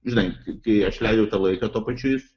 žinai kai aš leidžiu tą laiką tuo pačiu jis